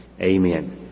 Amen